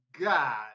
God